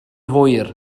hwyr